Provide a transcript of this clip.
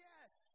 Yes